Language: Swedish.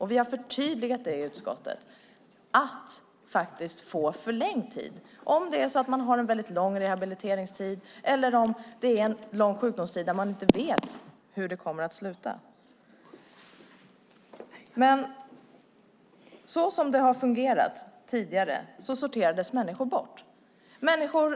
Vi har i utskottet förtydligat att de ska få förlängd tid om de har en mycket lång rehabiliteringstid eller om de har mycket lång sjukdomstid och man inte vet hur det kommer att sluta. Som det fungerade tidigare sorterades människor bort.